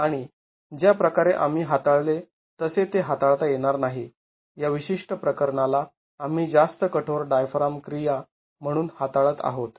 आणि ज्या प्रकारे आम्ही हाताळले तसे ते हाताळता येणार नाही या विशिष्ट प्रकरणाला आम्ही जास्त कठोर डायफ्राम क्रिया म्हणून हाताळत आहोत